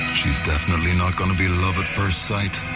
she's definitely not going to be love at first sight,